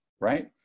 right